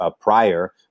prior